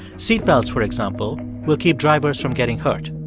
seat belts, for example, will keep drivers from getting hurt.